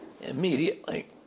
immediately